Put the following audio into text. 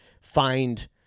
find